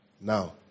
Now